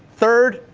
third,